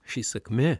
ši sakmė